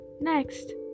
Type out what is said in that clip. Next